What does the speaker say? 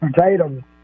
Tatum